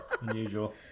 Unusual